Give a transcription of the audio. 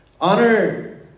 Honor